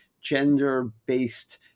gender-based